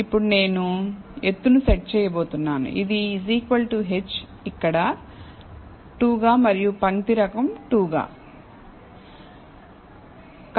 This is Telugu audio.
ఇప్పుడు నేను ఎత్తును సెట్ చేయబోతున్నాను ఇది h ఇక్కడ 2 గా మరియు పంక్తి రకం 2 గా